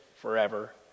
Forever